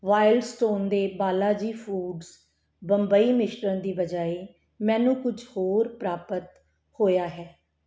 Wild Stone ਦੇ Balaji foods Bombay ਮਿਸ਼ਰਣ ਦੀ ਬਜਾਏ ਮੈਨੂੰ ਕੁਛ ਹੋਰ ਪ੍ਰਾਪਤ ਹੋਇਆ ਹੈ